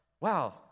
wow